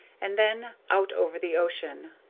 and then out over the ocean.